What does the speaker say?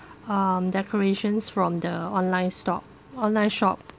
um decorations from the online store online shop